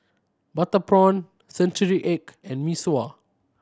butter prawn century egg and Mee Sua